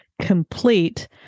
complete